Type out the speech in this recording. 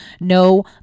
No